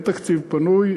אין תקציב פנוי.